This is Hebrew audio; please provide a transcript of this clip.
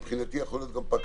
מבחינתי יכול להיות גם פקח,